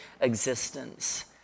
existence